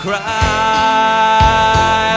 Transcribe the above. Cry